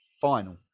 final